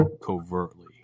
covertly